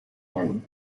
him